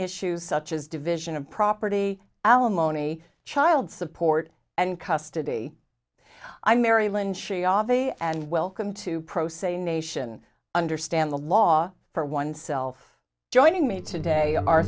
issues such as division of property alimony child support and custody i marry lynch and welcome to pro se nation understand the law for oneself joining me today are